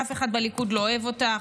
אף אחד בליכוד לא אוהב אותך,